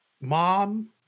Mom